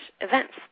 events